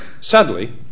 sadly